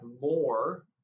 more